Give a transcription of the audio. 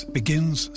begins